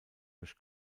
durch